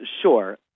Sure